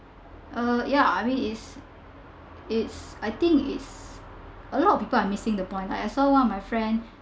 uh ya I mean is it's I think it's a lot of people are missing the point like I saw one of my friend